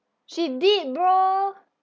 she did bro